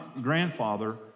grandfather